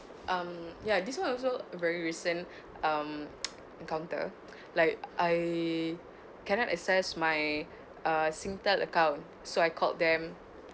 um ya this [one] also very recent um encounter like I cannot access my uh Singtel account so I called them